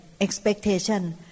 expectation